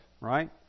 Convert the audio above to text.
right